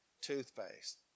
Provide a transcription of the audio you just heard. toothpaste